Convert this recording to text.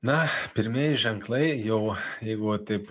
na pirmieji ženklai jau jeigu va taip